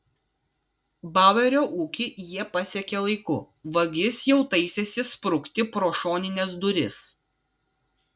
bauerio ūkį jie pasiekė laiku vagis jau taisėsi sprukti pro šonines duris